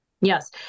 Yes